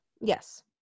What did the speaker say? Yes